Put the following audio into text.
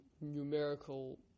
numerical